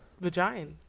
vagina